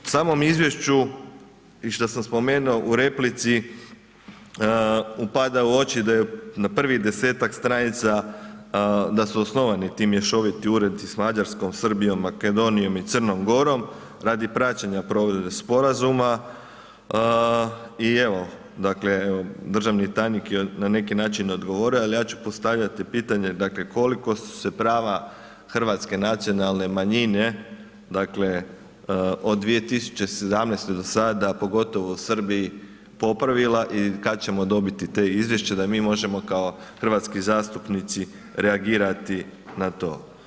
U samom izvješću i što sam spomenuo u replici upada u oči da je na prvih 10-ak stranica da su osnovani ti mješoviti uredi s Mađarskom, Srbijom, Makedonijom i Crnom Gorom radi praćenja provedbe sporazuma i evo, dakle, državni tajnik je na neki način odgovorio ali ja ću postaviti pitanje dakle koliko su se prava hrvatska nacionalne manjine od 2017. do sada pogotovo u Srbiji popravila i kad ćemo dobiti ta izvješća da i mi možemo kao hrvatski zastupnici reagirati na to?